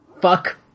fuck